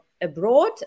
abroad